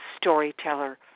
storyteller